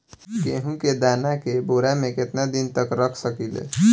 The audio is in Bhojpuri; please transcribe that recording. गेहूं के दाना के बोरा में केतना दिन तक रख सकिले?